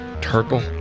turtle